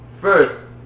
first